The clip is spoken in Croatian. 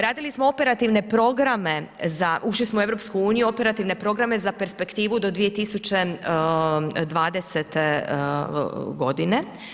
Radili smo operativne programe za, ušli smo u EU, operativne programe za perspektivu do 2020. godine.